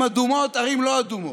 ערים אדומות וערים לא אדומות.